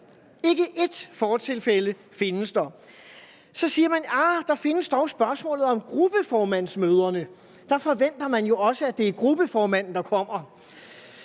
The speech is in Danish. ikke ét fortilfælde findes der. Så siger man, at der dog findes spørgsmålet om gruppeformandsmøderne. Der forventer man jo også, at det er gruppeformanden, der kommer.